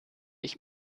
ich